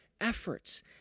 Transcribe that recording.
efforts